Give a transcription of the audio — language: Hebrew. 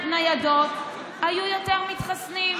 ניידות, היו יותר מתחסנים.